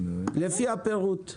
לפי הפירוט.